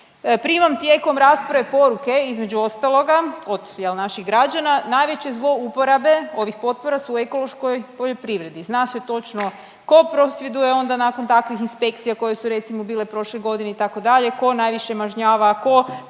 Primam tijekom rasprave poruke, između ostaloga od jel, naših građana najveće zlo uporabe ovih potpora su u ekološkoj poljoprivredi. Zna se točno tko prosvjeduje onda nakon takvih inspekcija koje su recimo bile prošle godine itd. ko najviše mažnjava, ko